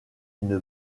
une